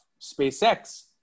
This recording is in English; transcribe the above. SpaceX